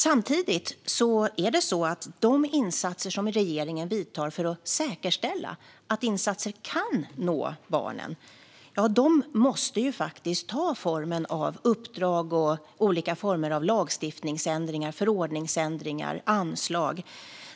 Samtidigt måste de insatser som regeringen gör för att säkerställa att insatserna kan nå barnen ta formen av uppdrag, olika former av lagstiftnings eller förordningsändringar eller anslag.